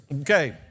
Okay